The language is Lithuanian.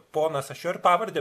ponas aš jo ir pavardę